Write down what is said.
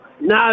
No